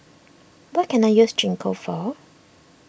what can I use Gingko for